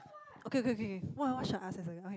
okay okay K K what what shall I ask as a okay